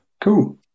Cool